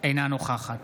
אינה נוכחת